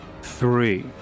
Three